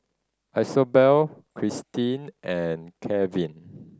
Isobel Christie and Keven